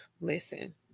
Listen